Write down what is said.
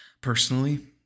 personally